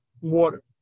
water